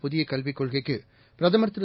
புதியகல்விக் கொள்கைக்குபிரதமர் திரு